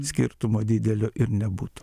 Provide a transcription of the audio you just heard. skirtumo didelio ir nebūtų